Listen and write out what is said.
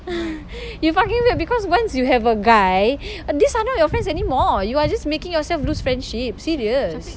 you fucking weird because once you have a guy these are not your friends anymore you are just making yourself lose friendship serious